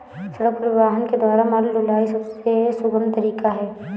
सड़क परिवहन के द्वारा माल ढुलाई सबसे सुगम तरीका है